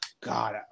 God